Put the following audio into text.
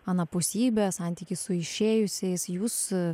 anapusybe santykį su išėjusiais jūs